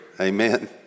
amen